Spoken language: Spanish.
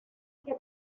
que